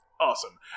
Awesome